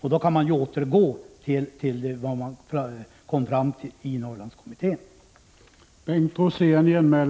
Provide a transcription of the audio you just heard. I så fall kan vi återgå till vad Norrlandskommittén kom fram till.